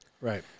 Right